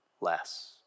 less